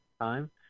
time